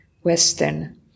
Western